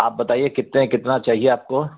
आप बताइए कितने कितना चाहिए आपको